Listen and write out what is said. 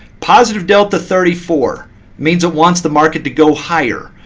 positive delta thirty four means it wants the market to go higher.